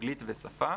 אנגלית ושפה.